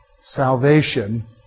Salvation